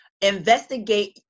investigate